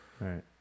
Right